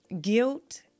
Guilt